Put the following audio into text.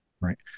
Right